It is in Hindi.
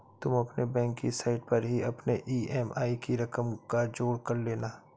तुम अपने बैंक की साइट पर ही अपने ई.एम.आई की रकम का जोड़ कर लेना